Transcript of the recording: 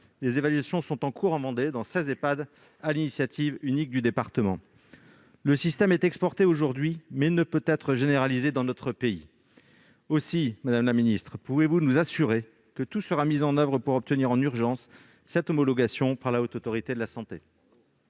des évaluations sont en cours dans 16 Ehpad de la Vendée, sur l'initiative unique du département. Le système est exporté aujourd'hui, mais ne peut être généralisé dans notre pays. Aussi, madame la ministre, pouvez-vous nous assurer que tout sera mis en oeuvre pour obtenir en urgence son homologation par la Haute Autorité de santé ?